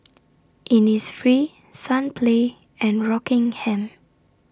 Innisfree Sunplay and Rockingham